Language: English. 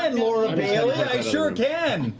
and laura bailey! i sure can!